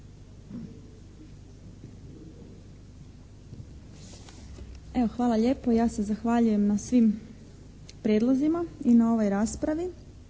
hvala lijepo. Ja se zahvaljujem da svim prijedlozima i na ovoj raspravi.